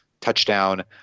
touchdown